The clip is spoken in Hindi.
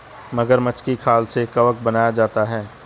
मगरमच्छ की खाल से कवच बनाया जाता है